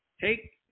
take